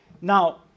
Now